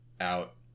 out